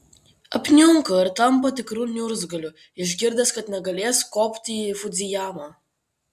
apniunka ir tampa tikru niurzgliu išgirdęs kad negalės kopti į fudzijamą